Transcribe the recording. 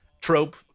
trope